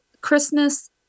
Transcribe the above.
christmas